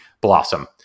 blossom